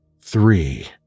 three